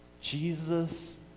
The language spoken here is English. Jesus